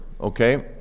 okay